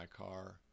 mycar